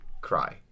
cry